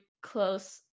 close